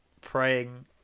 praying